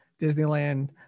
disneyland